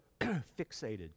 fixated